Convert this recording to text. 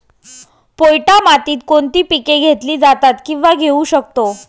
पोयटा मातीत कोणती पिके घेतली जातात, किंवा घेऊ शकतो?